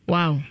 Wow